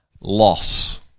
loss